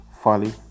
Folly